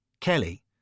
Kelly